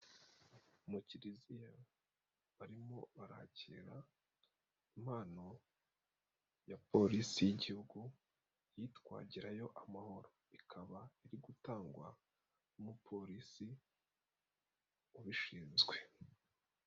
Mu kiliziya, barimo barakira impano ya polisi y'igihugu, yitwa gerayo amahoro, ikaba iri gutangwa n'umupolisi, ubishinzwe.